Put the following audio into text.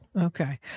Okay